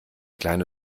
kleine